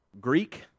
Greek